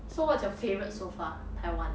so what's your favourite so far taiwan ah